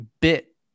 bit